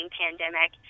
pandemic